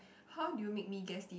how do you make me guess this